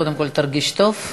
קודם כול, תרגיש טוב.